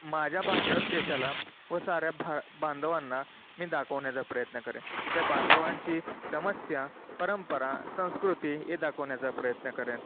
माझ्या भारत देशाला व साऱ्या भा बांधवांना मी दाखवण्याचा प्रयत्न करेन त्या बांधवांची समस्या परंपरा संस्कृती हे दाखवण्याचा प्रयत्न करेन